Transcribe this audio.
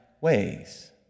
ways